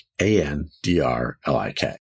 A-N-D-R-L-I-K